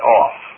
off